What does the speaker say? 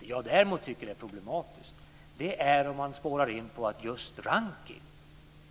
Det som jag däremot tycker är problematiskt är om man spårar in på att just rankning